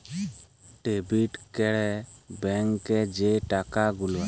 debit ক্যরে ব্যাংকে যে টাকা গুলা